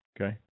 Okay